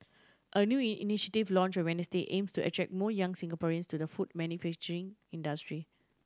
a new in initiative launch on Wednesday aims to attract more young Singaporeans to the food manufacturing industry